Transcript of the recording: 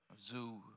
zoo